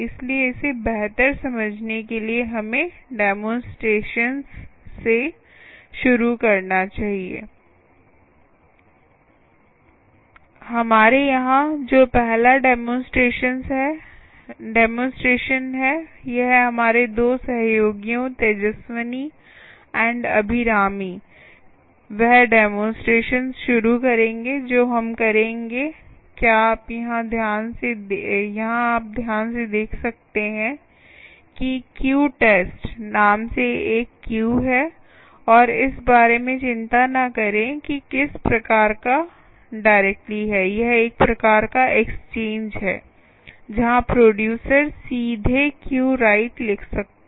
इसलिए इसे बेहतर समझने के लिए हमें डेमोंस्ट्रेशन्स शुरू करने चाहिए हमारे यहाँ जो पहला डेमोंस्ट्रेशन्स है वह हमारे दो सहयोगियों Tejaswini and Abhirami वह डेमोंस्ट्रेशन्स शुरू करेंगे जो हम करेंगे क्या आप यहाँ ध्यान से देख सकते हैं कि क्यू टेस्ट नाम से एक क्यू है और इस बारे में चिंता न करें कि किस प्रकार का डायरेक्टली है यह एक प्रकार का एक्सचेंज है जहां प्रोडूसर सीधे क्यू राइट लिख सकता है